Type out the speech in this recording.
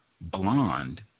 blonde